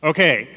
Okay